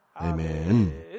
Amen